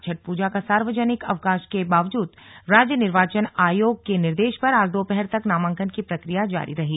छठ पूजा का सार्वजनिक अवकाश के बावजूद राज्य निर्वाचन आयोग के निर्देश पर आज दोपहर तक नामांकन की प्रक्रिया जारी रही